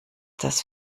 das